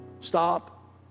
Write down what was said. Stop